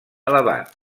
elevat